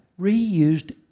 reused